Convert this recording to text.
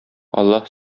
аллаһ